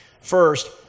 first